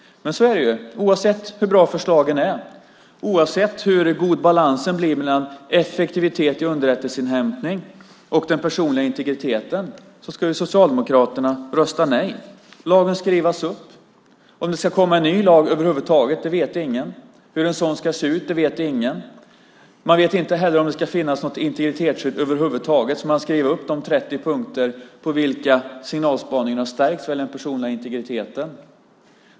Men så är det, att oavsett hur bra förslagen är, oavsett hur god balansen blir mellan effektiviteten i underrättelseinhämtningen och den personliga integriteten ska Socialdemokraterna rösta nej, och lagen ska rivas upp. Om det ska komma en ny lag över huvud taget vet ingen. Hur en sådan i så fall ska se ut vet ingen. Vi vet inte heller om det ska finnas något integritetsskydd över huvud taget, för man ska riva upp de 30 punkter på vilka signalspaningen har stärkts vad gäller den personliga integriteten.